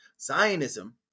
Zionism